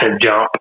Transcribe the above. jump